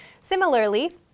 Similarly